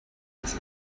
axis